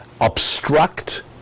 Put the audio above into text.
obstruct